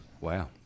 Wow